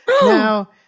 Now